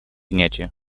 принятию